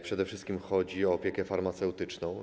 Przede wszystkim chodzi o opiekę farmaceutyczną.